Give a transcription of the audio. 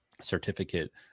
certificate